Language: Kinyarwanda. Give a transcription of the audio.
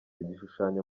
igishushanyo